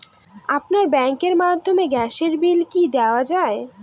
আপনার ব্যাংকের মাধ্যমে গ্যাসের বিল কি দেওয়া য়ায়?